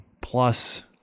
plus